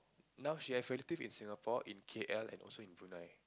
now she have relative in Singapore in K_L and also in Brunei